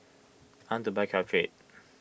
I want to buy Caltrate